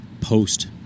post